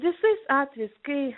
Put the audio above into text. visais atvejais kai